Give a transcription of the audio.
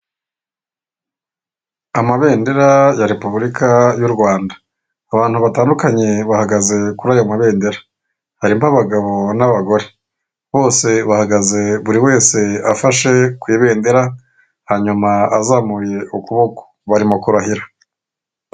Amabendera ya repubulika y'u Rwanda. Abantu batandukanye bahagaze kuri ayo mabendera. Harimo abagabo n'abagore. Bose bahagaze buri wese afashe ku ibendera, hanyuma azamuye ukuboko. Barimo kurahira.